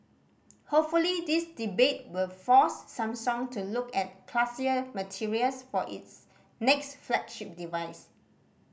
hopefully this debate will force Samsung to look at classier materials for its next flagship device